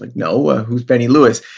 like, no. ah who's benny lewis?